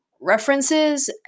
references